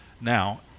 Now